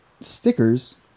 stickers